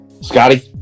Scotty